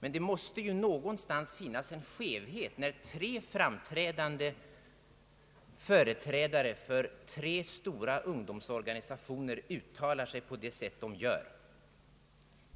Men det måste någonstans finnas en skevhet när tre framstående företrädare för de tre stora ungdomsorganisationerna uttalar sig som de gör.